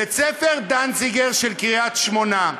בית-הספר דנציגר של קריית-שמונה,